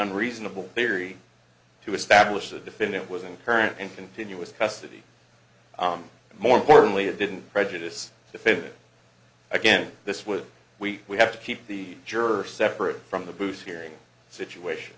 unreasonable theory to establish the defendant was in current and continuous custody more importantly it didn't prejudice the fit again this what we have to keep the juror separate from the booth hearing situation